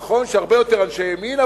נכון שהרבה יותר אנשי ימין,